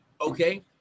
Okay